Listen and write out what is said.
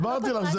הסברתי לך,